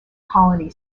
colony